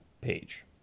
page